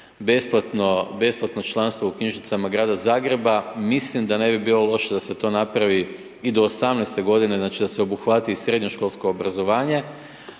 besplatno članstvo u knjižnicama grada Zagreba, mislim da ne bi bilo loše da se to napravi i do 18. godine, znači da se obuhvati i srednjoškolsko obrazovanje,